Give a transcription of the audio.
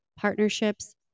partnerships